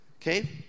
Okay